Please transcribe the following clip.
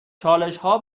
چالشها